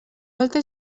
volta